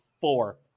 four